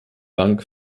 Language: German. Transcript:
bank